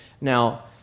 Now